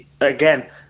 again